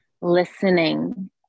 listening